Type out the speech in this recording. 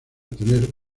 tener